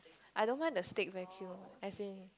I don't mind the stick vacuum as in